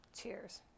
Cheers